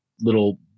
little